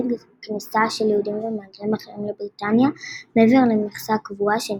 כניסה של יהודים ומהגרים אחרים לבריטניה מעבר למכסה קבועה שנקבעה.